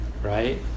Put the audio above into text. Right